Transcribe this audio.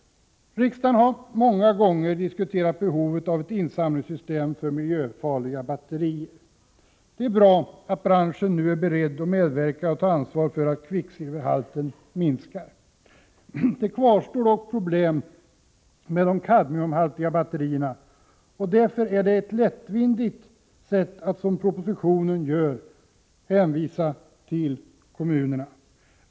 Riksdagen har många gånger diskuterat behovet av ett system för insamling av miljöfarliga batterier. Det är bra att branschen nu är beredd att medverka och ta ansvar för att kvicksilverhalten minskar. Det kvarstår dock problem med de kadmiumhaltiga batterierna. Därför är det ett lättvindigt sätt att, som görs i propositionen, hänvisa till kommunerna.